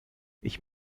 ich